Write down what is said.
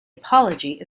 apology